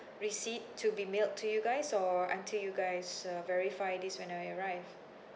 receipt to be mailed to you guys or until you guys uh verify this when I arrive